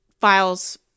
files